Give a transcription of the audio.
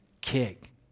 Kick